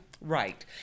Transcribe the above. Right